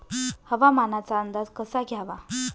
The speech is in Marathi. हवामानाचा अंदाज कसा घ्यावा?